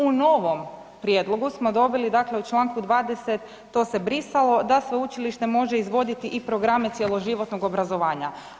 U novom prijedlogu smo dobili u čl 20. to se brisalo da „sveučilište može izvoditi i programe cjeloživotnog obrazovanja“